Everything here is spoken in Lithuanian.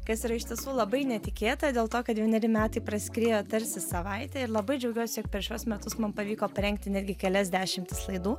kas yra iš tiesų labai netikėta dėl to kad vieneri metai praskriejo tarsi savaitė ir labai džiaugiuosi jog per šiuos metus man pavyko parengti netgi kelias dešimtis laidų